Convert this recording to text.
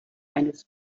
eines